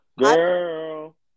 Girl